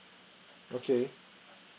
okay